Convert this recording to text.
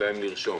להם לרשום.